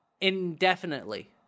indefinitely